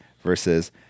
versus